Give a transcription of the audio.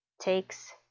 takes